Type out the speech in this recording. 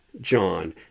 John